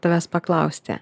tavęs paklausti